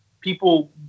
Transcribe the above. people